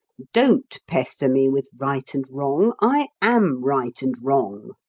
don't pester me with right and wrong. i am right and wrong.